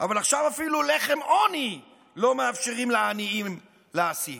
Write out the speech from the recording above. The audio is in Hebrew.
אבל עכשיו אפילו לחם עוני לא מאפשרים לעניים להשיג.